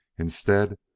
instead,